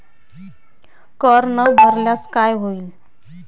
कर न भरल्यास काय होईल?